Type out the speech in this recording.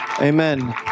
Amen